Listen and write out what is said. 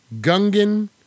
Gungan